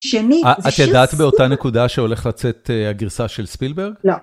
את יודעת באותה נקודה שהולך לצאת הגרסה של ספילברג? לא.